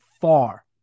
far